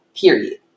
period